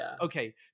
okay